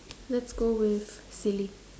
let's go with silly